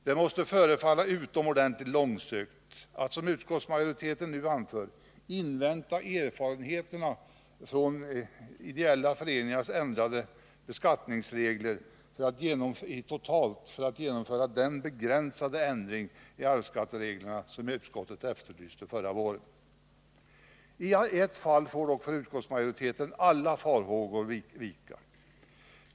Det förefaller utomordentligt långsökt att, som utskottsmajoriteten vill, invänta erfarenheterna från ändrade totala beskattningsregler även för ideella föreningar för att genomföra den begränsade ändring i arvsskattereglerna som utskottet efterlyste förra våren. I ett fall får dock, för utskottsmajoriteten, alla farhågor vika.